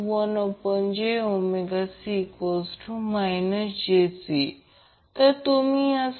याचा अर्थ आपण येथे q Q maximum stored energy energy dissipated per cycle असे लिहिले आहे